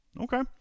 Okay